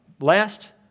Last